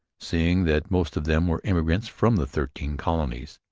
seeing that most of them were immigrants from the thirteen colonies.